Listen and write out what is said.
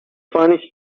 funny